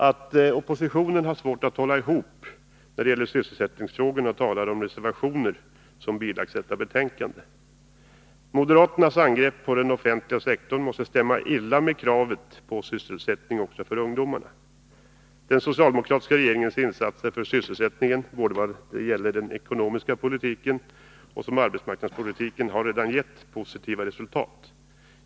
Att oppositionen har svårt att hålla ihop i sysselsättningsfrågorna framgår av borgarnas reservationer vid detta betänkande. Moderaternas angrepp på den offentliga sektorn måste stämma illa överens med kravet på sysselsätt ning också för ungdomarna. Den socialdemokratiska regeringens insatser för sysselsättningen vad gäller både den ekonomiska politiken och arbetsmarknadspolitiken har redan gett positiva resultat.